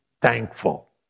thankful